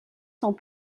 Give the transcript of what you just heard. sont